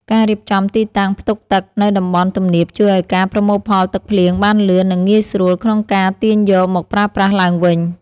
ការរៀបចំទីតាំងផ្ទុកទឹកនៅតំបន់ទំនាបជួយឱ្យការប្រមូលផលទឹកភ្លៀងបានលឿន និងងាយស្រួលក្នុងការទាញយកមកប្រើប្រាស់ឡើងវិញ។